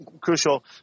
crucial